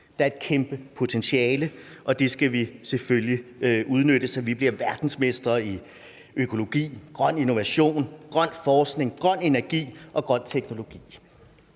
Der er et kæmpe potentiale, og det skal vi selvfølgelig udnytte, så vi bliver verdensmestre i økologi, grøn innovation, grøn forskning, grøn energi og grøn teknologi.